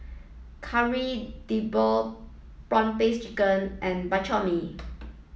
Kari Debal prawn paste chicken and Bak Chor Mee